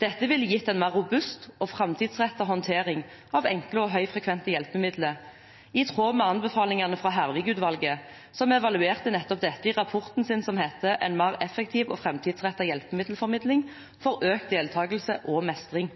Dette ville gitt en mer robust og framtidsrettet håndtering av enkle og høyfrekvente hjelpemidler, i tråd med anbefalingene fra Hervik-utvalget, som evaluerte nettopp dette i rapporten sin, som heter: «En mer effektiv og fremtidsrettet hjelpemiddelformidling – for økt deltakelse og mestring».